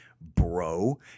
Bro